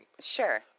Sure